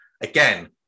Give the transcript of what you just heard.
Again